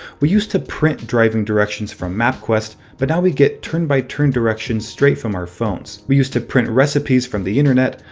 we used to print driving directions from mapquest, but now we get turn by turn directions straight from our phones. we used to print recipes from the internet,